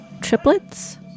triplets